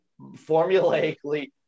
formulaically